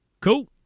Cool